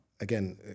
again